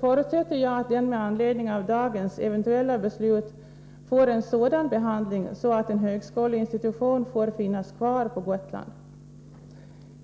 förutsätter jag att den med anledning av dagens eventuella beslut får en behandling som innebär att en högskoleinstitution får finnas kvar på Gotland.